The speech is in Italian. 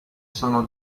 sono